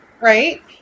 right